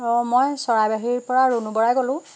অ' মই চৰাইবাহীৰ পৰা ৰুণো বৰাই ক'লোঁ